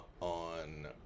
on